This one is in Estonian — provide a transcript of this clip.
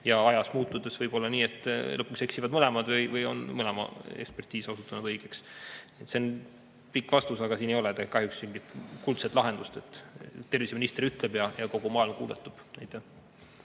Aga aja möödudes võib olla nii, et lõpuks eksivad mõlemad või on mõlema ekspertiis osutunud õigeks. Pikk vastus, aga siin ei ole kahjuks mingit kuldset lahendust, et terviseminister ütleb ja kogu maailm kuuletub.